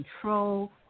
control